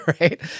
right